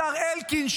השר אלקין,